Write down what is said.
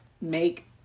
make